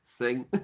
sing